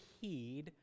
heed